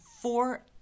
four